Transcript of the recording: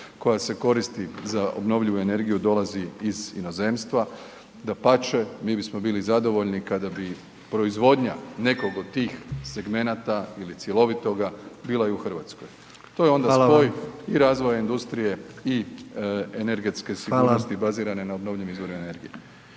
koja se koristi za obnovljivu energiju dolazi iz inozemstva. Dapače, mi bismo bili zadovoljni kada bi proizvodnja nekog od tih segmenata ili cjelovitoga bila i u RH. …/Upadica: Hvala vam/…To je onda spoj i razvoja industrije i energetske sigurnosti …/Upadica: Hvala/… bazirane na obnovljivim izvorima energije.